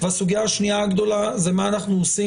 והסוגיה השנייה הגדולה זה מה אנחנו עושים